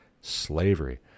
slavery